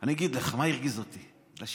אני אגיד לך מה הרגיז אותי כשהחלטת.